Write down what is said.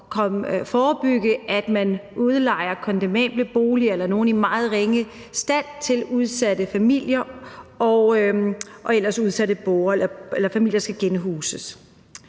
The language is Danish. at man udlejer kondemnable boliger eller boliger i meget ringe stand til udsatte familier og borgere eller familier, der skal genhuses.